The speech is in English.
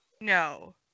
No